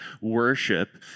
Worship